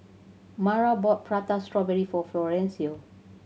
Mara bought Prata Strawberry for Florencio